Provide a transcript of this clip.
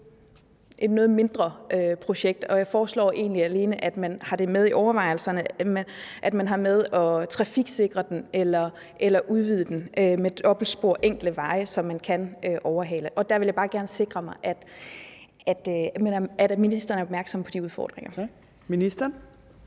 et noget mindre projekt, og jeg foreslår egentlig, at man alene har det med i overvejelserne, altså enten at trafiksikre den eller udvide den med dobbeltspor – enkelte strækninger, så man kan overhale. Der vil jeg bare gerne sikre mig, at ministeren er opmærksom på de udfordringer. Kl. 13:53